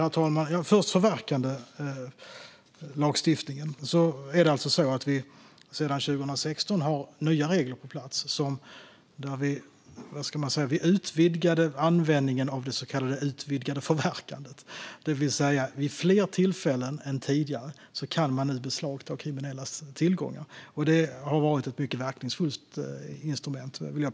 Herr talman! När det först gäller förverkandelagstiftningen är det alltså så att vi sedan 2016 har nya regler på plats. Vi utvidgade så att säga användningen av det så kallade utvidgade förverkandet. Det innebär att man vid fler tillfällen än tidigare kan beslagta kriminellas tillgångar, och jag vill påstå att det har varit ett mycket verkningsfullt instrument.